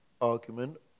argument